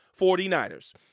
49ers